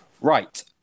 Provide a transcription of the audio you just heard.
Right